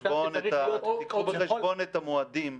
שצריך להיות --- קחו בחשבון את המועדים,